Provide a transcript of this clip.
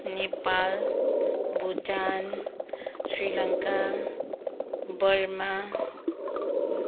Nepal Bhutan Sri Lanka Burma